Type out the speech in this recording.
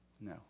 No